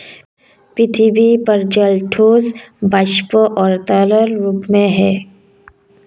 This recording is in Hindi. पृथ्वी पर जल ठोस, वाष्प और तरल रूप में है